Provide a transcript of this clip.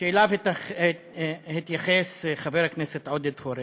שאליו התייחס חבר הכנסת עודד פורר,